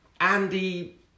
Andy